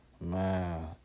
Man